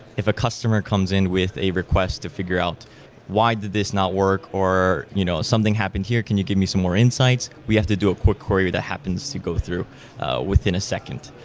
if a customer comes in with a request to figure out why did this not work or you know something happened here. can you give me some more insights? we have to do quick query that happens to go through within a second.